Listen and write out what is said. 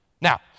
Now